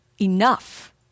Enough